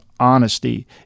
honesty